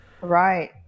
right